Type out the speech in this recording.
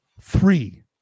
Three